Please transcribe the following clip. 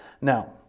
Now